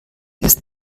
ist